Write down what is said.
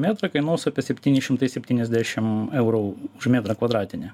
metrą kainuos apie septyni šimtai septyniasdešim eurų už metrą kvadratinį